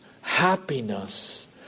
happiness